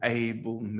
able